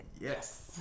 Yes